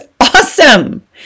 awesome